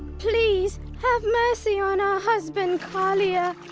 please! have mercy on our husband kalia.